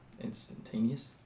instantaneous